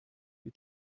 wie